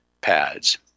pads